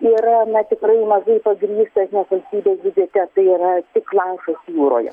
yra na tikrai mažai pagrįstas nes valstybė biudžete tai yra tik lašas jūroje